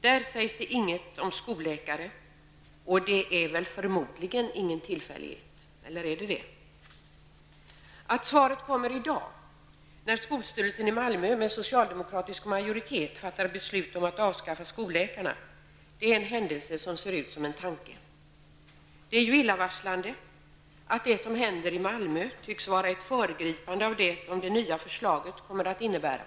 Där sägs inget om skolläkare, och det är förmodligen ingen tillfällighet, eller är det? Att svaret kommer i dag, när skolstyrelsen i Malmö med socialdemokratisk majoritet fattar beslut om att avskaffa skolläkarna, är en händelse som ser ut som en tanke. Det är illavarslande att det som händer i Malmö tycks vara ett föregripande av det som det nya förslaget kommer att innebära.